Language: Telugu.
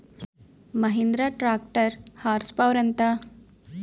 మహీంద్రా ట్రాక్టర్ హార్స్ పవర్ ఎంత?